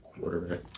Quarterback